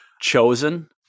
Chosen